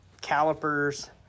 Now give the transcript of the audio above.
calipers